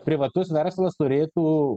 privatus verslas turėtų